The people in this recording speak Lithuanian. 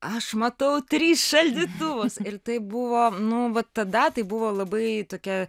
aš matau tris šaldytuvus ir tai buvo nu va tada tai buvo labai tokia